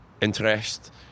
interest